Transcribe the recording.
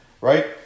Right